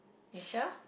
you sure